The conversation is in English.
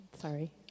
Sorry